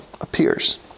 appears